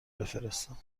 بفرستم